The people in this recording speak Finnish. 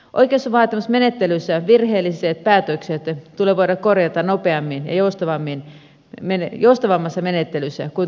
oikaisuvaatimusmenettelyssä virheelliset päätökset tulee voida korjata nopeammin ja joustavammassa menettelyssä kuin tuomioistuimessa